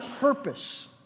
purpose